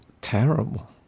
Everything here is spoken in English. terrible